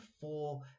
four